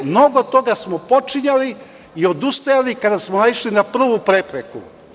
Mnogo toga smo počinjali i odustajali kada smo naišli na prvu prepreku.